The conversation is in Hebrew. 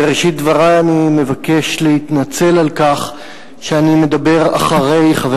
בראשית דברי אני מבקש להתנצל על כך שאני מדבר אחרי חבר